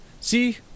See